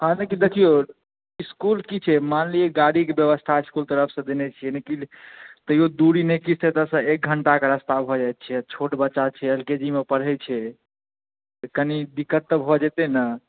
हँ लेकिन देखियौ इसकुल कि छियै मानलियै गाड़ी के ब्यवस्था इसकुल तरफ सऽ देने छियै लेकिन तैयो दूरी नहि किछु तऽ एतऽ सऽ एक घण्टा के रस्ता भऽ जाइ छै छोट बच्चा छै एल के जी मे पढ़ै छै तऽ कनी दिक्कत तऽ भऽ जेतै ने